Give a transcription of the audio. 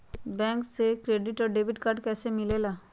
Bank से credit और debit card कैसी मिलेला?